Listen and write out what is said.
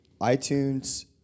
iTunes